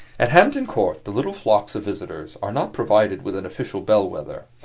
at hampton court the little flocks of visitors are not provided with an official bellwether,